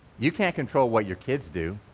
you can't control what your kids do.